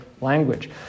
language